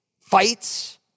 fights